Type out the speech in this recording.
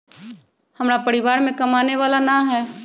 हमरा परिवार में कमाने वाला ना है?